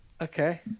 Okay